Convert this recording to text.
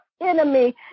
Enemy